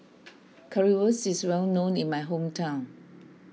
Currywurst is well known in my hometown